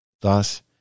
Thus